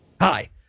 hi